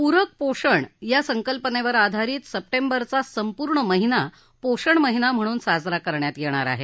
पूरक पोषण या संकल्पनेवर आधारित सप्टेंबरचा पूर्ण महिना पोषण महिना म्हणून साजरा करण्यात येणार आहे